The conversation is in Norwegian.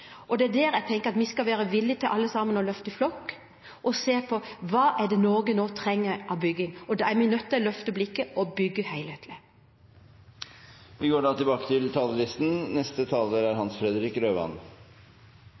Og det er der jeg tenker at vi skal være villige alle sammen til å løfte i flokk og se på: Hva er det Norge nå trenger av bygging? Og da er vi nødt til å løfte blikket og bygge helhetlig. Replikkordskiftet er omme. Transportsektoren trenger fornyelse, og det nye politiske flertallet tar nå nye grep. Ikke bare er